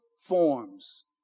forms